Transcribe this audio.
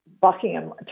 Buckingham